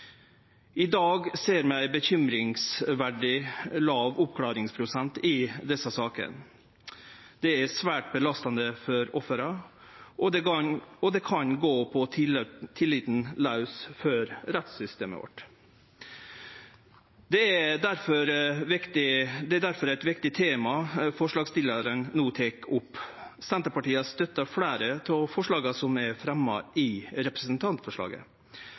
I dag ser vi ein urovekkjande låg oppklaringsprosent i desse sakene. Det er svært belastande for offera, og det kan gå på tilliten laus for rettssystemet vårt. Det er difor eit viktig tema forslagsstillarane no tek opp. Senterpartiet har støtta fleire av forslaga som er fremja i representantforslaget,